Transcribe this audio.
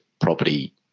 property